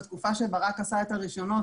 בתקופה שברק עשה את הרישיון,